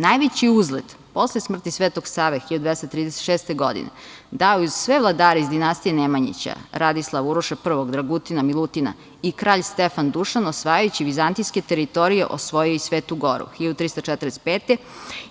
Najveći uzlet posle smrti Svetog Save 1236. godine dao je, uz sve vladare iz dinastije Nemanjića, Radislava, Uroša I, Dragutina, Milutina i kralj Stefan Dušan, osvajajući vizantijske teritorije osvojio je i Svetu goru, 1345. godine